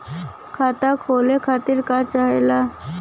खाता खोले खातीर का चाहे ला?